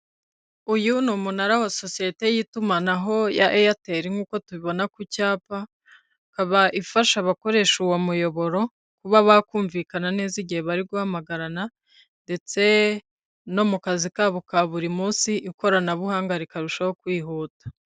Uyu ni umunara wa sosiyete y'itumanaho ya Airtel nk'uko tubibona ku cyapa, ikaba ifasha abakoresha uwo muyoboro kuba bakumvikana neza igihe bari guhamagarana ndetse no mu kazi kabo ka buri munsi ikoranabuhanga rikarushaho kwihuta.